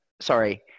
Sorry